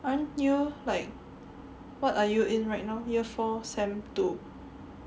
aren't you like what are you in right now year four sem two